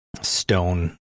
stone